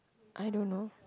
I don't know